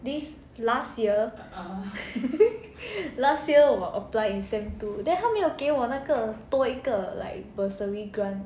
this last year last year 我 apply in sem two then 他没有给我那个多一个 like bursary grant